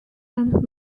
and